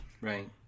Right